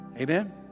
Amen